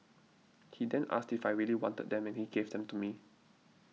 he then asked if I really wanted them and he gave them to me